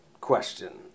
question